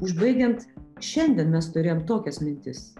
užbaigiant šiandien mes turėjom tokias mintis